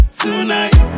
tonight